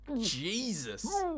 Jesus